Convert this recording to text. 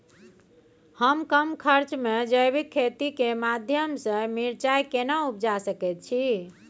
हम कम खर्च में जैविक खेती के माध्यम से मिर्चाय केना उपजा सकेत छी?